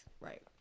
Right